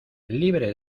libre